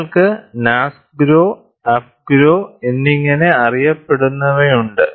നിങ്ങൾക്ക് നാസ്ഗ്രോ അഫ്ഗ്രോ എന്നിങ്ങനെ അറിയപ്പെടുന്നവയുണ്ട്